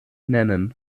nennen